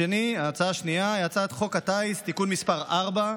2. הצעת חוק הטיס (תיקון מס' 4),